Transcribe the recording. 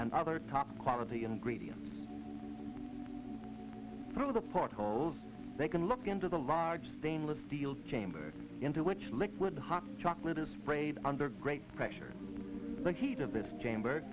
and other top quality ingredients for the portholes they can look into the large stainless steel chamber into which liquid hot chocolate is sprayed under great pressure like heat of this chamber